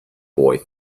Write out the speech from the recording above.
boy